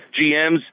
GMs